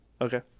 Okay